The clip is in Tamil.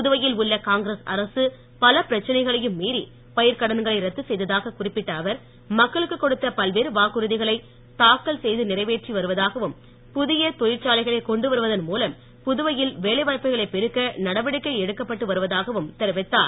புதுவையில் உள்ள காங்கிரஸ் அரசு பல பிரச்னைகளையும் மீறி பயிர்க்கடன்களை ரத்து செய்யததாக குறிப்பிட்ட அவர் மக்களுக்கு கொடுத்த பல்வேறு வாக்குறுதிகளை தாக்கல் நிறைவேற்றி வருவதாகவும் புதிய தொழிற்சாலைகளை கொண்டு வருவதன் மூலம் புதுவையில் வேலை வாய்ப்புகளை பெருக்க நடவடிக்கை எடுக்கப்பட்டு வருவதாகவும் தெரிவித்தார்